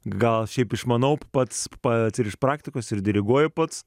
gal šiaip išmanau pats pats ir iš praktikos ir diriguoju pats